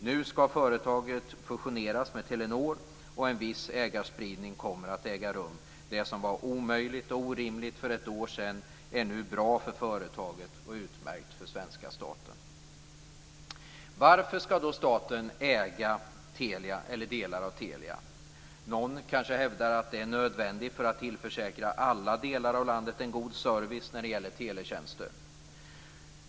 Nu skall företaget fusioneras med Telenor och en viss ägarspridning kommer att äga rum. Det som för ett år sedan var omöjligt och orimligt är nu bra för företaget och utmärkt för svenska staten. Varför skall då staten äga Telia eller delar av Telia? Någon kanske hävdar att det är nödvändigt för att tillförsäkra alla delar av landet en god service när det gäller teletjänster.